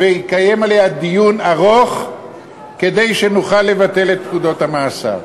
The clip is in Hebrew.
ויתקיים עליו דיון ארוך כדי שנוכל לבטל את פקודות המאסר.